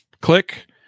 click